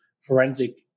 forensic